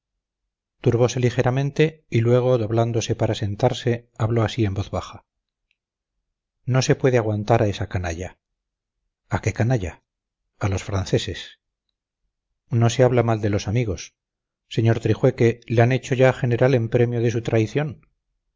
turbose ligeramente y luego doblándose para sentarse habló así en voz baja no se puede aguantar a esa canalla a qué canalla a los franceses no se habla mal de los amigos sr trijueque le han hecho ya general en premio de su traición